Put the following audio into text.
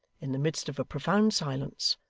in the midst of a profound silence,